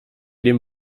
dem